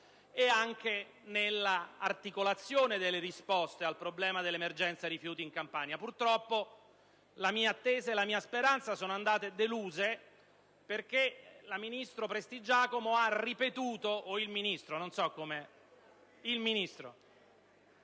e anche nell'articolazione delle risposte al problema dell'emergenza rifiuti in Campania. Purtroppo la mie speranze sono andate deluse perché la Ministro, o il Ministro,